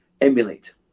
emulate